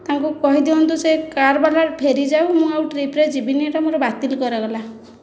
ତାଙ୍କୁ କହିଦିଅନ୍ତୁ ସେ କାର୍ ବାଲା ଫେରିଯାଉ ମୁଁ ଆଉ ଟ୍ରିପ୍ ରେ ଯିବିନି ଏଇଟା ମୋର ବାତିଲ୍ କରାଗଲା